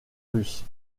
russes